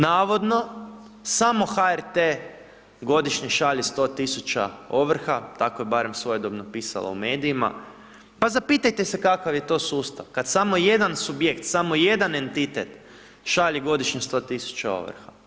Navodno, samo HRT godišnje šalje 100.000 ovrha, tako je barem svojedobno pisalo u medijima, pa zapitajte se kakav je to sustav, kad samo jedan subjekt, samo jedan entitet šalje godišnje 100.000 ovrha.